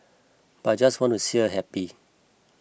but I just wanted to see her happy